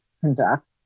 conduct